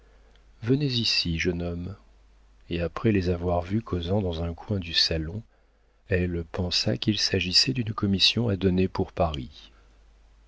venez ici jeune homme et après les avoir vus causant dans un coin du salon elle pensa qu'il s'agissait d'une commission à donner pour paris